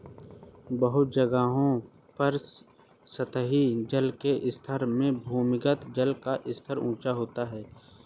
बहुत जगहों पर सतही जल के स्तर से भूमिगत जल का स्तर ऊँचा होता है